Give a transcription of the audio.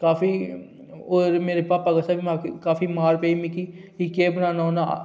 काफी होर मेरे भापै कशा बी मिगी मार पेई काफी मार पेई मिगी के केह् बनान्ना होन्ना